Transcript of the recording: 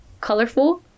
colorful